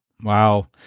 Wow